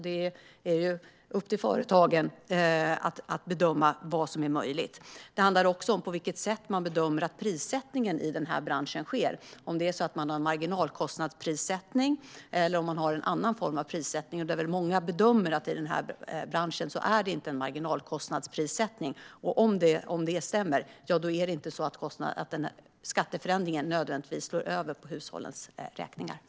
Det är upp till företagen att bedöma vad som är möjligt. Det handlar också om på vilket sätt man bedömer att prissättningen sker i den här branschen, om man har marginalkostnadsprissättning eller en annan form av prissättning. Många bedömer att det inte är marginalkostnadsprissättning i branschen. Om det stämmer slår skatteförändringen inte nödvändigtvis över på hushållens räkningar.